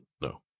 No